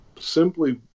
simply